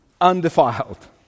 undefiled